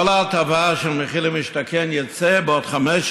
כל ההטבה של מחיר למשתכן שיצא בעוד חמש,